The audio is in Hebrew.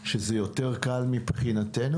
התעקשתי לקיים את הדיון בגלל האנשים שהוזמנו.